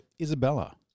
Isabella